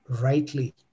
rightly